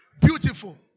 Beautiful